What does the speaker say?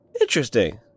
Interesting